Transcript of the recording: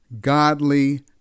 godly